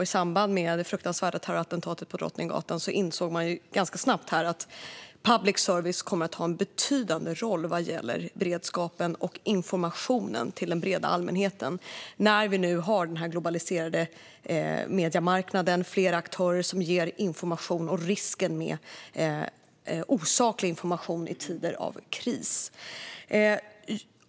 I samband med det fruktansvärda terrorattentatet på Drottninggatan insåg man ganska snabbt att public service kommer att ha en betydande roll när det gäller beredskap och information till den breda allmänheten, när vi nu har den globaliserade mediemarknaden med flera aktörer som ger information och risk för osaklig information i tider av kris.